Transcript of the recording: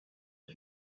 est